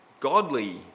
Godly